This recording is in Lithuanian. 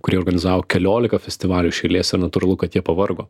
kurie organizavo keliolika festivalių iš eilės ir natūralu kad jie pavargo